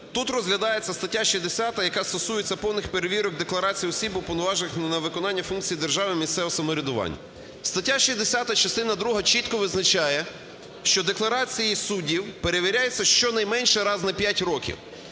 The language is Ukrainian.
Тут розглядається стаття 60, яка стосується повних перевірок декларацій осіб, уповноважених на виконання функцій держави, місцевого самоврядування. Стаття 60, частина друга, чітко визначає, що декларації суддів перевіряються щонайменше раз на 5 років.